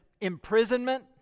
imprisonment